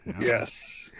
Yes